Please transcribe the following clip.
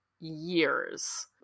years